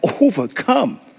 overcome